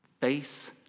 face